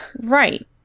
Right